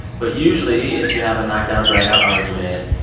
but usually, if you have a knockdown, drag out argument,